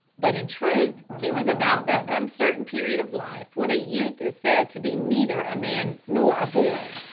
but in truth he was about that uncertain period of life when a youth is said to be neither a man nor a boy.